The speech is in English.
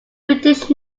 british